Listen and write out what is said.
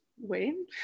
waiting